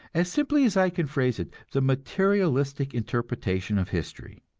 as simply as i can phrase it, the materialistic interpretation of history.